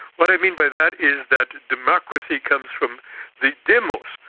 what i mean by that is that democracy comes from the demos,